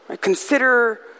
consider